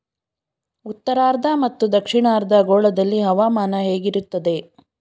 ಉತ್ತರಾರ್ಧ ಮತ್ತು ದಕ್ಷಿಣಾರ್ಧ ಗೋಳದಲ್ಲಿ ಹವಾಮಾನ ಹೇಗಿರುತ್ತದೆ?